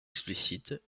explicites